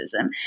racism